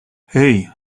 hey